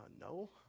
No